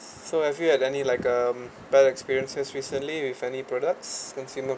so have you had any like a bad experiences recently with any products consumer